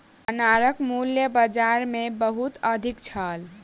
अनारक मूल्य बाजार मे बहुत अधिक छल